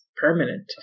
permanent